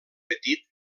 petit